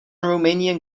romanian